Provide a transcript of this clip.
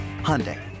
Hyundai